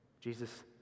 Jesus